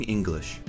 English